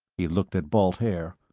he looked at balt haer.